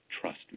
trust